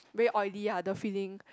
very oily ah the feeling